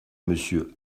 monsieur